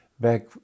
back